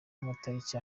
amatariki